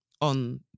on